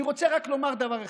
אני רוצה לומר רק דבר אחד: